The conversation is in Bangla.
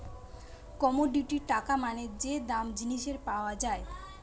কমোডিটি টাকা মানে যে দাম জিনিসের পাওয়া যায়